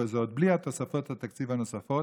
וזה עוד בלי תוספות התקציב הנוספות.